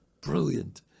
brilliant